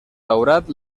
daurat